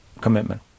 commitment